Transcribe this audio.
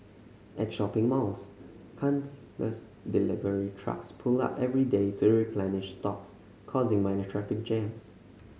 at shopping malls countless delivery trucks pull up every day to replenish stocks causing minor traffic jams